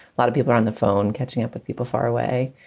lot of people on the phone catching up with people far away,